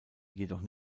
jedoch